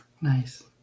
nice